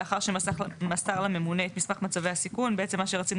לאחר שמסר לממונה את מסמך מצבי הסיכון" רצינו